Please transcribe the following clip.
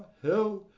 hell,